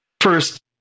first